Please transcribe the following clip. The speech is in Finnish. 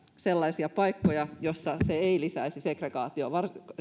sellaisia paikkoja joissa se ei lisäisi segregaatiota